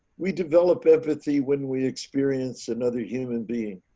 we develop empathy, when we experience another human being.